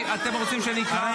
אתם רוצים שאני אקרא?